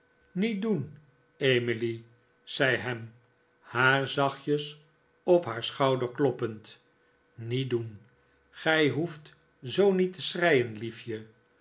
niet doen emily zei ham haar zachtjes op haar schouder kloppend niet doen gij hoeft zoo niet te schreien